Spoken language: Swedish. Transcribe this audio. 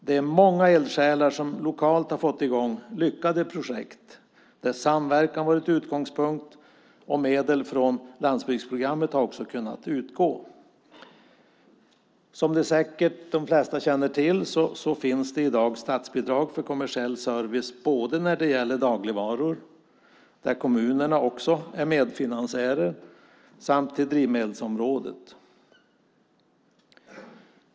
Det är många eldsjälar som lokalt har fått i gång lyckade projekt där samverkan har varit utgångspunkten, och medel från landsbygdsprogrammet har kunnat utgå. Som de flesta säkert känner till finns det i dag statsbidrag för kommersiell service både när det gäller dagligvaror, där kommunerna är medfinansiärer, och på drivmedelsområdet.